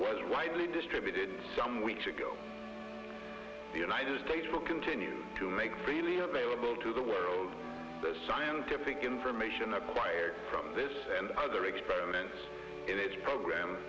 was widely distributed some weeks ago the united states will continue to make freely available to the world the scientific information acquired from this and other experiment